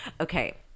Okay